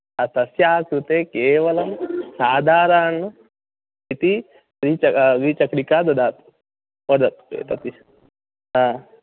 तस्याः कृते केवलं साधारणम् इति विंच द्विचक्रिका ददातु ददतु यत् अपि हा